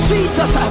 Jesus